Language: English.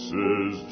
Says